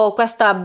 questa